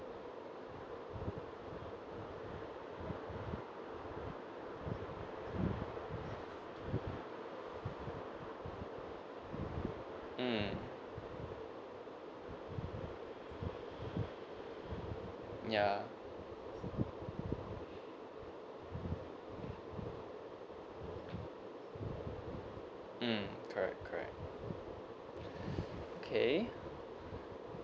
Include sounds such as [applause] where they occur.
ya mm correct correct [breath] okay